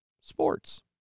sports